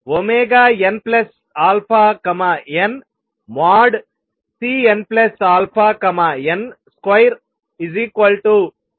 గా వ్యక్తీకరించవచ్చు